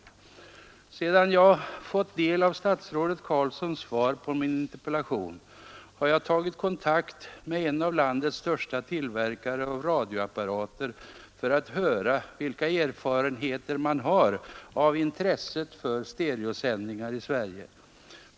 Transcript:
Efter att jag fått ta del av statsrådet Carlssons svar på min interpellation har jag tagit kontakt med en av landets största tillverkare av radioapparater för att höra vilka erfarenheter man har av intresset för stereosändningar här i landet.